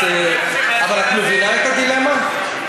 את מבינה את הדילמה?